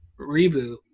reboot